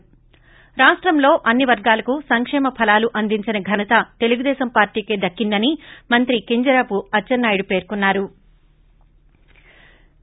ి రాష్టంలో అన్ని వర్గాలకు సంక్షేమ ఫలాలు అందించిన ఘనత తెలుగుదేశం పార్టీకే దక్కిందని మంత్రి కింజరాపు అచ్చెన్నాయుడు పేర్కొన్నారు